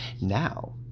now